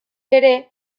ere